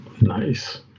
Nice